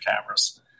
cameras